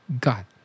God